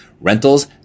Rentals